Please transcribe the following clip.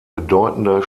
bedeutender